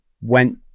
went